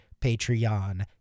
Patreon